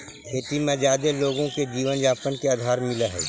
खेती में जादे लोगो के जीवनयापन के आधार मिलऽ हई